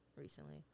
recently